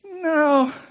no